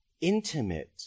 intimate